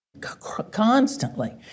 constantly